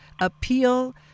appeal